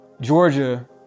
Georgia